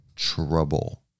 Trouble